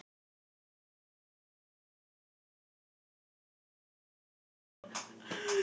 I